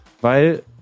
weil